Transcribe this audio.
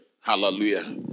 Hallelujah